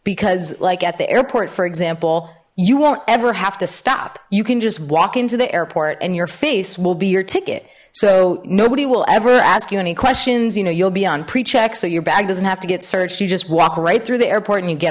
because like at the airport for example you won't ever have to stop you can just walk into the airport and your face will be your ticket so nobody will ever ask you any questions you know you'll be on pre check so your bag doesn't have to get searched you just walk right through the airport and you get